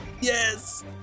yes